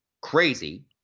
crazy